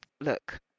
look